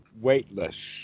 weightless